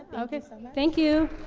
um okay. so thank you.